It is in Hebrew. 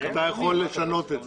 אתה יכול לשנות את זה.